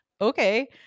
okay